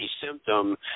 symptom